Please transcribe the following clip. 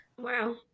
Wow